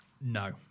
No